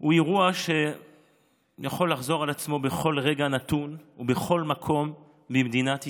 הוא אירוע שיכול לחזור על עצמו בכל רגע נתון ובכל מקום במדינת ישראל,